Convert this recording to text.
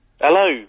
Hello